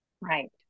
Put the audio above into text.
Right